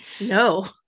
No